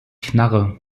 knarre